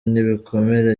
n’ibikomere